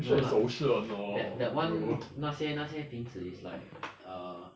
no lah that that one 那些那些瓶子 is like err